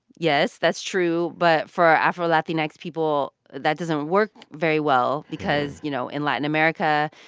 yes, that's true, but, for afro-latinx people, that doesn't work very well because, you know, in latin america,